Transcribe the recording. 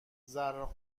زهرا